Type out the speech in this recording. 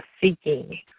seeking